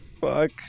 Fuck